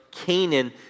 Canaan